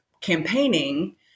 campaigning